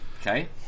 Okay